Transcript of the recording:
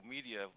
Media